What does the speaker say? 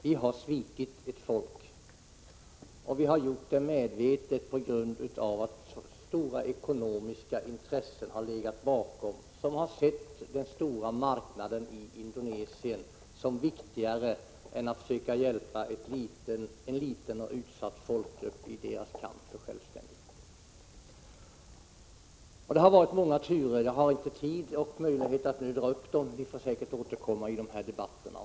Vi har svikit ett folk, och vi har gjort det medvetet på grund av att stora ekonomiska intressen har sett den stora marknaden i Indonesien som viktigare än att söka hjälpa en liten och utsatt folkgrupp i dess kamp för självständighet. Det har varit många turer, och jag har inte tid och möjlighet att nu dra upp dem. Vi får säkert återkomma till den debatten.